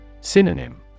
Synonym